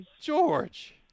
George